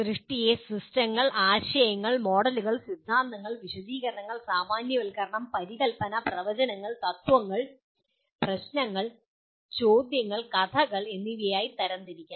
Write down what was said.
സൃഷ്ടിയെ സിസ്റ്റങ്ങൾ ആശയങ്ങൾ മോഡലുകൾ സിദ്ധാന്തങ്ങൾ വിശദീകരണങ്ങൾ സാമാന്യവൽക്കരണം പരികല്പന പ്രവചനങ്ങൾ തത്ത്വങ്ങൾ പ്രശ്നങ്ങൾ ചോദ്യങ്ങൾ കഥകൾ എന്നിങ്ങനെ തരംതിരിക്കാം